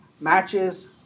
matches